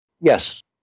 Yes